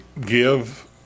give